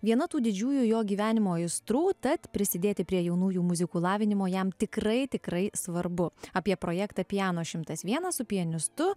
viena tų didžiųjų jo gyvenimo aistrų tad prisidėti prie jaunųjų muzikų lavinimo jam tikrai tikrai svarbu apie projektą piano šimtas vienas su pianistu